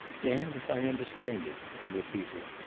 damned if i understand it, he repeated.